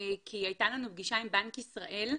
כי הייתה לנו פגישה עם בנק ישראל,